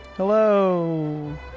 Hello